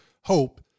hope